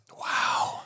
Wow